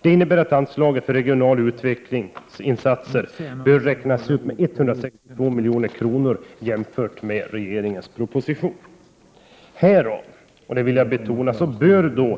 Det innebär att anslaget för regionala utvecklingsinsatser räknas upp med 162 milj.kr. jämfört med propositionsförslaget. 2 Härav — och det vill jag betona — bör